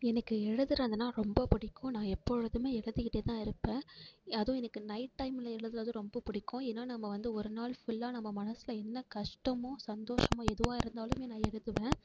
எனக்கு எழுதுறதுன்னா ரொம்ப பிடிக்கும் நான் எப்பொழுதுமே எழுதிகிட்டே தான் இருப்பேன் அதுவும் எனக்கு நைட் டைமில் எழுதுகிறது ரொம்ப பிடிக்கும் ஏன்னா நம்ம வந்து ஒரு நாள் ஃபுல்லாக நம்ம மனசில் என்ன கஷ்டமோ சந்தோஷமோ எதுவாக இருந்தாலுமே நான் எழுதுவேன்